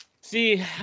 See